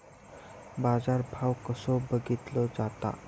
बाजार भाव कसो बघीतलो जाता?